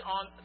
on